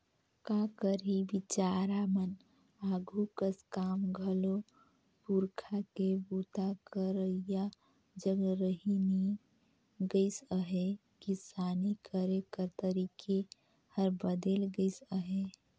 का करही बिचारा मन आघु कस काम घलो पूरखा के बूता करइया जग रहि नी गइस अहे, किसानी करे कर तरीके हर बदेल गइस अहे